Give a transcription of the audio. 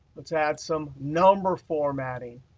let's add some number formatting.